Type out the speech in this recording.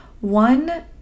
one